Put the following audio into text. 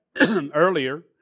earlier